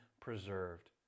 preserved